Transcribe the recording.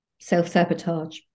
self-sabotage